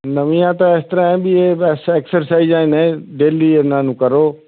ਨਵੀਆਂ ਤਾਂ ਇਸ ਤਰ੍ਹਾਂ ਵੀ ਇਹ ਐਕਸਰਸਾਈਜ਼ਾਂ ਨੇ ਡੇਲੀ ਇਹਨਾਂ ਨੂੰ ਕਰੋ